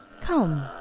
Come